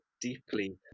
deeply